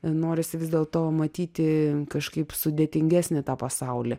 norisi vis dėlto matyti kažkaip sudėtingesnį tą pasaulį